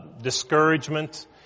discouragement